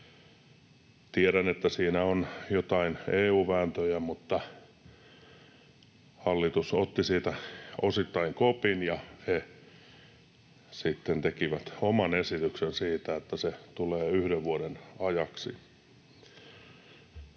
Tiedän, että siinä on joitain EU-vääntöjä, mutta hallitus otti siitä osittain kopin ja teki sitten oman esityksensä siitä, että se tulee yhden vuoden ajaksi.